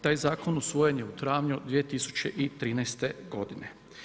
Taj zakon usvojen je u travnju 2013. godine.